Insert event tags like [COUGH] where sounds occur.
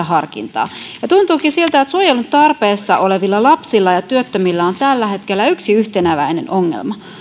[UNINTELLIGIBLE] harkintaa ja tuntuukin siltä että suojelun tarpeessa olevilla lapsilla ja työttömillä on tällä hetkellä yksi yhteneväinen ongelma